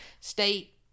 state